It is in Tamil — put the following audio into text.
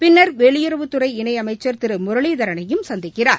பின்னர் வெளியுறவுத்துறை இணையமைச்சர் திரு முரளிதரனையும் சந்திக்கிறார்